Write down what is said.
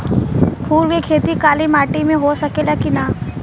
फूल के खेती काली माटी में हो सकेला की ना?